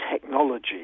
technology